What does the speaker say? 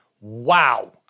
wow